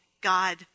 God